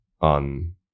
on